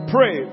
Pray